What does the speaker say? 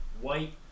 white